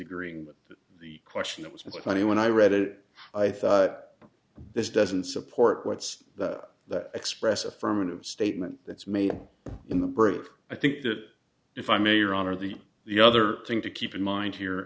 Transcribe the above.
agreeing that the question that was with me when i read it i thought this doesn't support what's that express affirmative statement that's made in the birth i think that if i may or honor the the other thing to keep in mind here